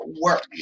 work